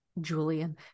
Julian